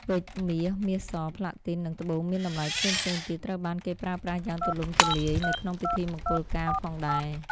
ពេជ្រ មាស មាសស ប្លាទីន និង ត្បូងមានតម្លៃផ្សេងៗទៀត ត្រូវបានគេប្រើប្រាស់យ៉ាងទូលំ ទូលាយនៅក្នុងពិធីមង្គលការផងដែរ។